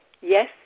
yes